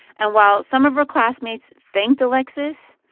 and while some of her classmates thanked alexis,